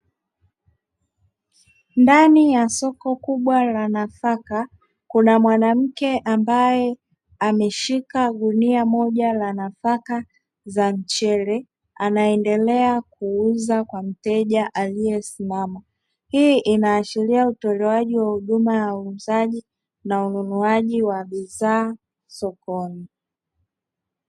Ndani ya soko kubwa la nafaka kuna mwanamke, ambaye ameshika gunia moja la nafaka za mchele anaendelea kuuza kwa mteja aliyesimama. Hii inaashiria utolewaji wa huduma ya uuzaji na ununuaji wa bidhaa sokoni.